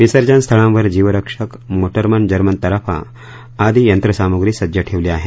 विसर्जन स्थळांवर जीवरक्षक मोटरबोट जर्मन तराफा आदि यंत्रसामुग्री सज्ज ठेवली आहे